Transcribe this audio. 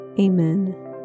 Amen